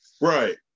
Right